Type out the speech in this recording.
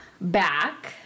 back